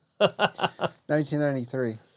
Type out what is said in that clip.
1993